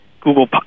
Google